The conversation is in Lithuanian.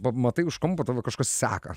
pamatai už kampo tave kažkas seka